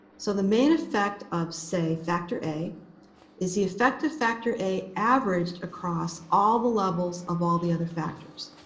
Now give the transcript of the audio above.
so the main effect of, say, factor a is the effect of factor a averaged across all the levels of all the other factors.